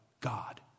God